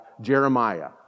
Jeremiah